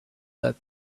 that